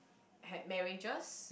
had marriages